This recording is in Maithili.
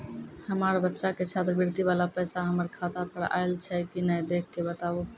हमार बच्चा के छात्रवृत्ति वाला पैसा हमर खाता पर आयल छै कि नैय देख के बताबू?